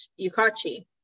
yukachi